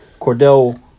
Cordell